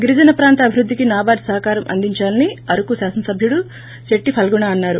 గిరిజన ప్రాంత అభివృద్ధికి నాబార్గ్ సహకారం అందించాలని అరకు శాసన సభ్యుడు చెట్టి ఫాల్గుణ అన్నారు